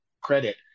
credit